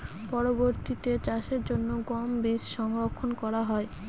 পরবর্তিতে চাষের জন্য গম বীজ সংরক্ষন করা হয়?